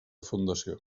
fundació